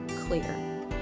clear